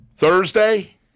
Thursday